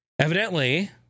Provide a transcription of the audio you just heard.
Evidently